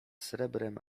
srebrem